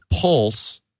pulse